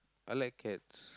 I like cats